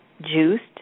juiced